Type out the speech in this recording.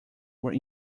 were